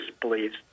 beliefs